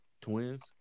twins